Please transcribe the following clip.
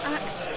act